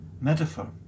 metaphor